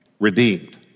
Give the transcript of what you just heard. redeemed